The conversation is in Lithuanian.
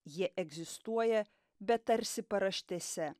jie egzistuoja bet tarsi paraštėse